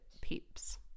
peeps